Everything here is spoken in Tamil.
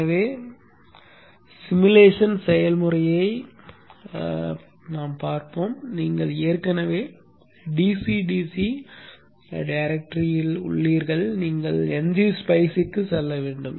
எனவே உருவகப்படுத்துதல் செயல்முறையைப் பார்ப்போம் நீங்கள் ஏற்கனவே DC DC கோப்புறையில் உள்ளீர்கள் நீங்கள் ngSpice க்கு செல்ல வேண்டும்